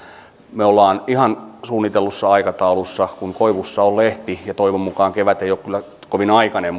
me olemme ihan suunnitellussa aikataulussa ja kun koivussa on lehti ja toivon mukaan kevät ei ole kyllä kovin aikainen